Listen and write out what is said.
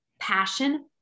Passion